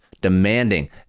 demanding